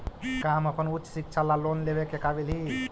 का हम अपन उच्च शिक्षा ला लोन लेवे के काबिल ही?